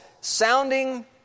sounding